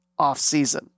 offseason